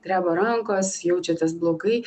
dreba rankos jaučiatės blogai